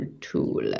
tool